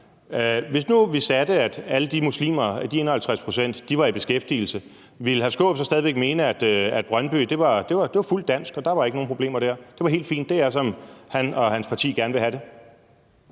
Hvis nu vi sagde, at alle de muslimer, altså de 51 pct., var i beskæftigelse, ville hr. Peter Skaarup så stadig væk mene, at Brøndby var fuldt ud dansk, og at der ikke var nogen problemer dér – at det var helt fint, og at det var, som han og hans parti gerne ville have det?